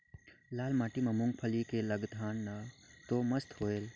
लाल माटी म मुंगफली के लगाथन न तो मस्त होयल?